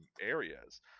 areas